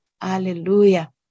Hallelujah